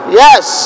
yes